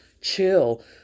Chill